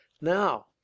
Now